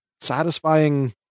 satisfying